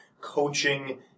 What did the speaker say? coaching